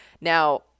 Now